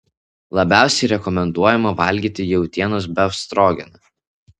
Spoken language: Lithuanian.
labiausiai rekomenduojama valgyti jautienos befstrogeną